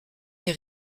est